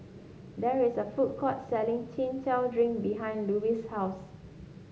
there is a food court selling Chin Chow Drink behind Louise's house